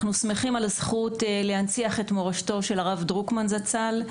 אנחנו שמחים על הזכות להנציח את מורשתו של הרב דרוקמן זצ"ל.